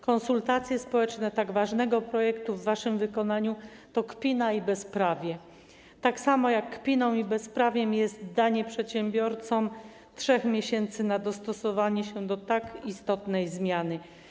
Konsultacje społeczne tak ważnego projektu w waszym wykonaniu to kpina i bezprawie, tak samo jak kpiną i bezprawiem jest danie przedsiębiorcom 3 miesięcy na dostosowanie się do tak istotnej zmiany.